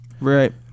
Right